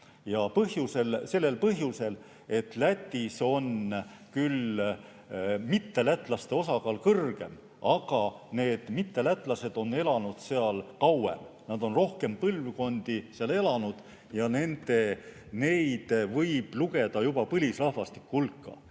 Ja sellel põhjusel, et Lätis on küll mittelätlaste osakaal suurem, aga need mittelätlased on elanud seal kauem, nad on rohkem põlvkondi seal elanud ja neid võib lugeda põlisrahvastiku hulka.